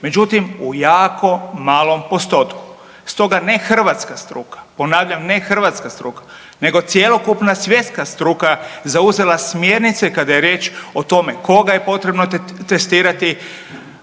međutim u jako malom postotku. Stoga ne hrvatska struka, ponavljam ne hrvatska struka nego cjelokupna svjetska struka zauzela smjernice kada je riječ o tome koga je potrebno testirati,